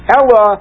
Ella